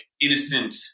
innocent